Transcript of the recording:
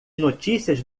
notícias